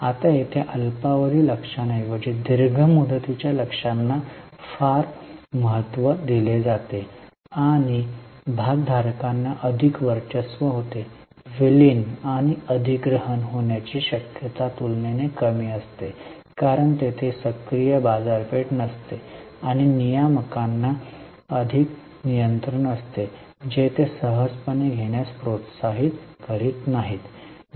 आता येथे अल्पावधी लक्ष्यांऐवजी दीर्घ मुदतीच्या लक्ष्यांना अधिक महत्त्व दिले जाते आणि भागधारकांना अधिक वर्चस्व होते विलीन आणि अधिग्रहण होण्याची शक्यता तुलनेने कमी असते कारण तेथे सक्रिय बाजारपेठ नसते आणि नियामकांना अधिक नियंत्रण असते जे ते सहजपणे घेण्यास प्रोत्साहित करीत नाहीत